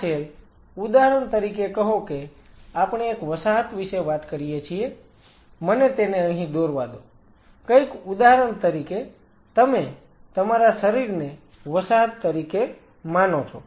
આ સેલ ઉદાહરણ તરીકે કહો કે આપણે એક વસાહત વિશે વાત કરીએ છીએ મને તેને અહી દોરવા દો કંઈક ઉદાહરણ તરીકે તમે તમારા શરીરને વસાહત તરીકે માનો છો